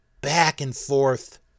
back-and-forth